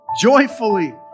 joyfully